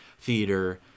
theater